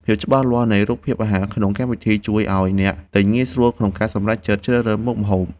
ភាពច្បាស់លាស់នៃរូបភាពអាហារក្នុងកម្មវិធីជួយឱ្យអ្នកទិញងាយស្រួលក្នុងការសម្រេចចិត្តជ្រើសរើសមុខម្ហូប។